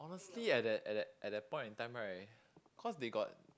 mostly at that at that at that point in time right cause they got